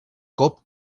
cop